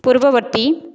ପୂର୍ବବର୍ତ୍ତୀ